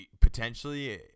potentially